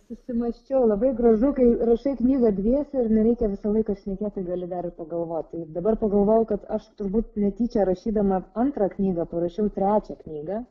susimąsčiau labai gražu kai rašai knygą dviese ir nereikia visą laiką šnekėti gali dar pagalvoti ir dabar pagalvojau kad aš turbūt netyčia rašydama antrą knygą parašiau trečią knygą